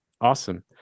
awesome